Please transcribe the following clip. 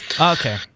Okay